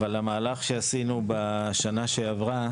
אבל המהלך שעשינו בשנה שעברה